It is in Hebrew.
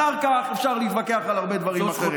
אחר כך אפשר להתווכח על הרבה דברים אחרים.